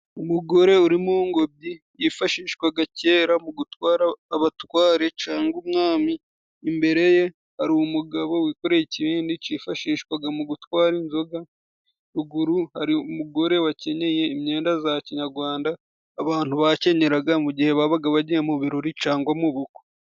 Umugore uri mu ngobyi yifashishwaga kera mu gutwara abatware cyangwa umwami, imbere ye hari umugabo wikoreye ikibindi cyifashishwaga mu gutwara inzoga, ruguru hari umugore wakenyeye imyenda ya kinyarwanda abantu bakenyeraga, mu gihe babaga bagiye mu birori cyangwa mu bukwe.